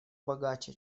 богаче